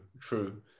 true